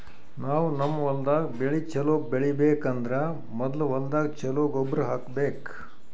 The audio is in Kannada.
ನಾವ್ ನಮ್ ಹೊಲ್ದಾಗ್ ಬೆಳಿ ಛಲೋ ಬೆಳಿಬೇಕ್ ಅಂದ್ರ ಮೊದ್ಲ ಹೊಲ್ದಾಗ ಛಲೋ ಗೊಬ್ಬರ್ ಹಾಕ್ಬೇಕ್